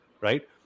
right